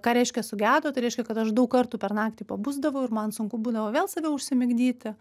ką reiškia sugedo tai reiškia kad aš daug kartų per naktį pabusdavau ir man sunku būdavo vėl save užsimigdyti